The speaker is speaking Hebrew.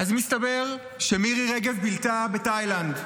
אז מסתבר שמירי רגב בילתה בתאילנד.